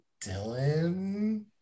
Dylan